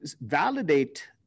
validate